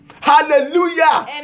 Hallelujah